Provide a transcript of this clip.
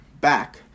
back